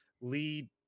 lead